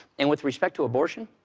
and with respect to abortion,